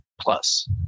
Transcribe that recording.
plus